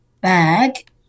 bag